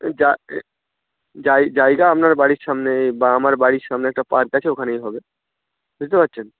এই জা এ জায় জায়গা আপনার বাড়ির সামনে বা আমার বাড়ির সামনে একটা পার্ক আছে ওখানেই হবে বুঝতে পারছেন